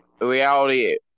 reality